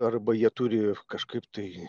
arba jie turi kažkaip tai